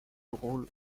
drôle